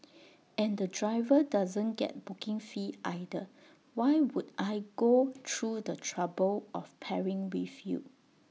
and the driver doesn't get booking fee either why would I go through the trouble of pairing with you